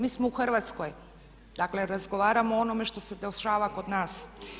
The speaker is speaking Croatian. Mi smo u Hrvatskoj, dakle razgovaramo o onome što se dešava kod nas.